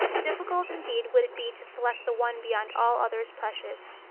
difficult indeed would it be to select the one beyond all others precious.